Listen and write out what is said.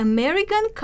American